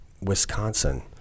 Wisconsin